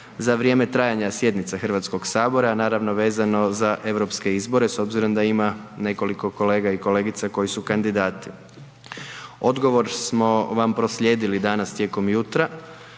za vrijeme trajanja sjednice HS-a, naravno vezano za EU izbore, s obzirom da ima nekoliko kolega i kolega koji su kandidati. Odgovor smo vam proslijedili danas tijekom jutra.